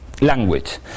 language